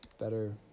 Better